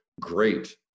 great